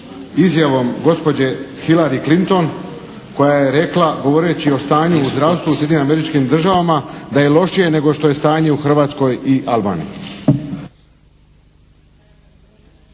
izjavom gospođe Hilari Clinton koja je rekla, govoreći o stanju u zdravstvu u Sjedinjenim Američkim Državama da je lošije nego što je stanje u Hrvatskoj i Albaniji.